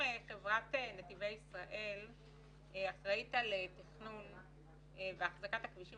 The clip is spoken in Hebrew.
חברת נתיבי ישראל אחראית על אחזקת הכבישים